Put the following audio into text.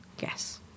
Yes